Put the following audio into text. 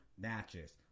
matches